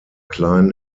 kleinen